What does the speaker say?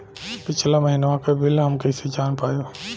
पिछला महिनवा क बिल हम कईसे जान पाइब?